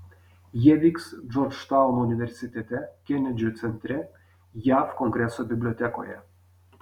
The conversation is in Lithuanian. jie vyks džordžtauno universitete kenedžio centre jav kongreso bibliotekoje